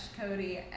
Cody